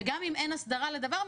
וגם אם אין הסדרה לדבר מסוים,